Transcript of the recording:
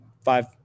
five –